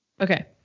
Okay